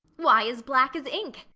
why, as black as ink.